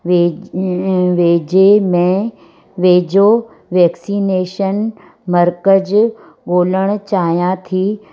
वे वेझे में वेझो वैक्सीनेशन मर्कज़ ॻोल्हणु चाहियां थी